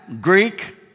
Greek